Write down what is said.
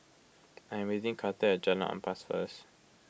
I am meeting Carter at Jalan Ampas first